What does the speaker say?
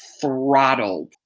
throttled